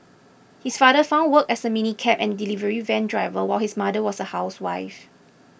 his father found work as a minicab and delivery van driver while his mother was a housewife